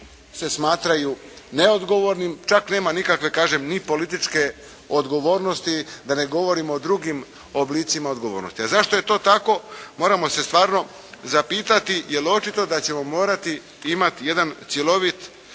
se smatraju neodgovornim. Čak nema nikakve kažem ni političke odgovornosti. Da ne govorimo o drugim oblicima odgovornosti. A zašto je to tako moramo se stvarno zapitati jer očito da ćemo morati imati jedan cjelovit